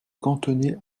cantonné